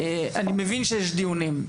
אני מבין שיש דיונים,